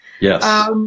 Yes